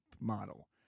model